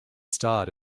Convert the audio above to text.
starred